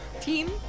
Team